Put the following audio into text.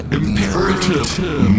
imperative